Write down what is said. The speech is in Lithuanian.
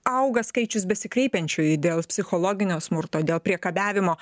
auga skaičius besikreipiančiųjų dėl psichologinio smurto dėl priekabiavimo